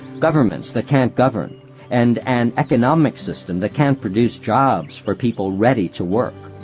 governments that can't govern and an economic system that can't produce jobs for people ready to work.